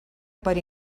per